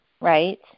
right